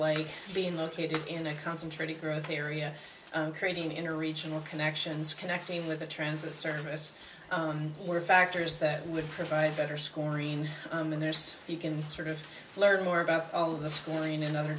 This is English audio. like being located in a concentrated growth area creating inner regional connections connecting with the transit service were factors that would provide better scoring and there's you can sort of learn more about all of the schooling and other